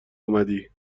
اومدی